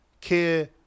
care